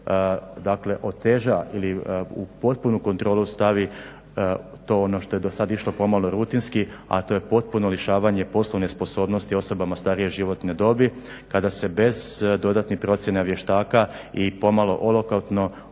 da se oteža ili u potpunu kontrolu stavi to ono što je do sad išlo pomalo rutinski a to je potpuno rješavanje poslovne sposobnosti osobama starije životne dobi kada se bez dodatnih procjena vještaka i pomalo olakotno